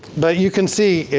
but you can see,